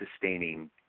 sustaining